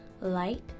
Light